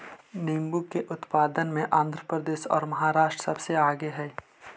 नींबू के उत्पादन में आंध्र प्रदेश और महाराष्ट्र सबसे आगे हई